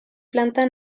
planta